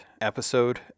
episode